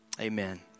Amen